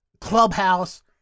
Clubhouse